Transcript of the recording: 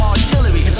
artillery